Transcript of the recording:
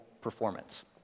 performance